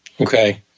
Okay